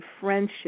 friendship